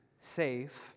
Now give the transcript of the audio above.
safe